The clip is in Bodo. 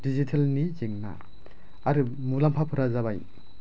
दिजिटेलनि जेंना आरो मुलाम्फा फोरा जाबाय